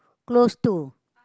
close to